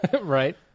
Right